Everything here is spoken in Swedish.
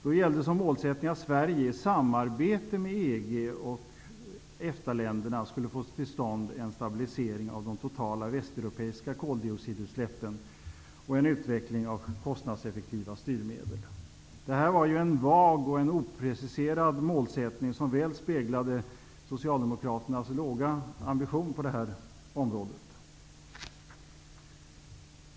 Då var målsättningen att Sverige i samarbete med EG och EFTA-länderna skulle få till stånd en stabilisering av de totala västeuropeiska koldioxidutsläppen och en utveckling av kostnadseffektiva styrmedel. Det var en vag och opreciserad målsättning, som väl speglade Socialdemokraternas låga ambition på det här området.